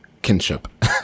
kinship